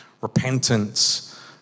repentance